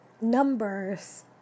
numbers